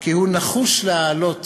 כי הוא נחוש להעלות